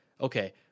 okay